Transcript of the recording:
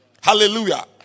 Hallelujah